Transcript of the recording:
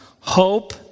Hope